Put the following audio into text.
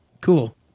cool